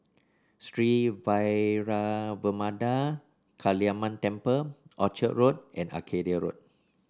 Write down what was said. Sri Vairavimada Kaliamman Temple Orchard Road and Arcadia Road